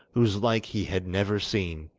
whose like he had never seen.